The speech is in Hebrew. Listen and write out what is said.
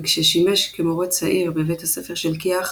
וכששימש כמורה צעיר בבית הספר של כי"ח